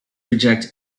reject